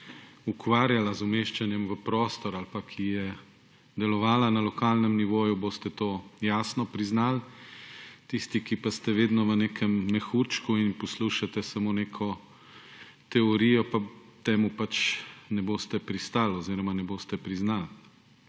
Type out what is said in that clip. ukvarjala z umeščanjem v prostor ali ki je delovala na lokalnem nivoju, boste to jasno priznali; tisti, ki pa ste vedno v nekem mehurčku in poslušate samo neko teorijo, pa na to pač ne boste pristali oziroma tega ne boste priznali.